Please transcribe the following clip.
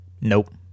nope